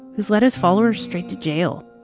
who's led his followers straight to jail,